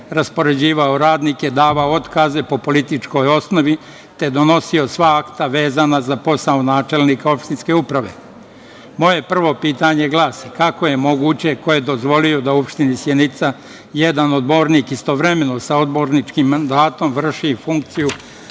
raspoređivao radnike, davao otkaze po političkoj osnovi, te donosio sva akta vezana za posao načelnika opštinske uprave. Moje prvo pitanje glasi – kako je moguće, ko je dozvolio, da u opštini Sjenica jedan odbornik istovremeno sa odborničkim mandatom vrši funkciju